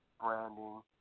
branding